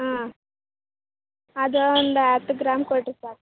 ಹಾಂ ಅದು ಒಂದು ಹತ್ತು ಗ್ರಾಂ ಕೊಡಿರಿ ಸಾಕು